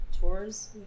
tours